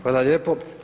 Hvala lijepo.